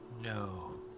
No